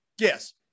yes